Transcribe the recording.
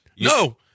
no